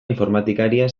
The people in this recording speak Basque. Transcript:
informatikaria